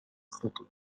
city